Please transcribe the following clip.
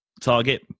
target